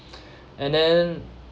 and then